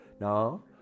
Now